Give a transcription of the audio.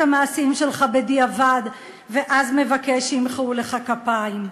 המעשים שלך בדיעבד ואז מבקש שימחאו לך כפיים.